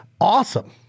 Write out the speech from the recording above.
awesome